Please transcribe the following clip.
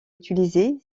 utilisées